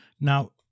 now